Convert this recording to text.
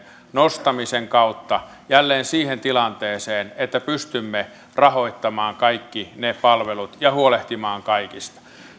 nostamisen kautta jälleen siihen tilanteeseen että pystymme rahoittamaan kaikki ne palvelut ja huolehtimaan kaikista